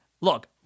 Look